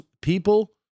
people